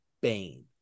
Bane